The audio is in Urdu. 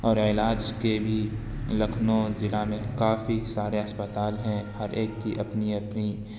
اور علاج کے بھی لکھنؤ ضلع میں کافی سارے اسپتال ہیں ہر ایک کی اپنی اپنی